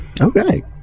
Okay